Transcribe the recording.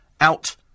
out